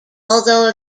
although